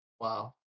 Wow